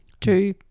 Two